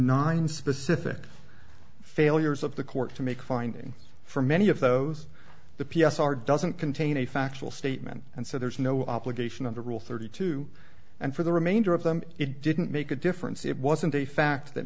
nine specific failures of the court to make finding for many of those the p s r doesn't contain a factual statement and so there's no obligation on the rule thirty two and for the remainder of them it didn't make a difference it wasn't a fact that